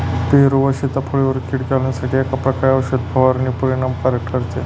पेरू व सीताफळावरील कीड घालवण्यासाठी एकाच प्रकारची औषध फवारणी परिणामकारक ठरते का?